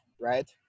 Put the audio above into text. right